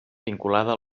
vinculada